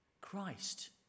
Christ